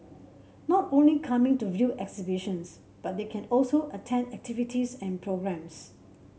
not only coming to view exhibitions but they can also attend activities and programmes